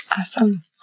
awesome